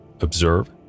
observe